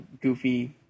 goofy